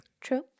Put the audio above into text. True